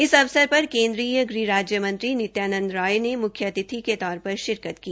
इस अवसर पर केन्द्रीय राज्य मंत्री नित्यानंद रॉय ने मुख्य अतिथि के तौर पर शिरकत की